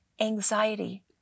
anxiety